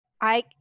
I-